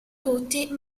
tutti